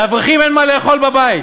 לאברכים אין מה לאכול בבית,